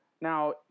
Now